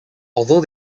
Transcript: although